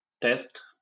test